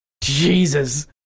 Jesus